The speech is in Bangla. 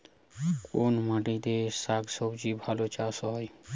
কোন মাটিতে শাকসবজী ভালো চাষ হয়?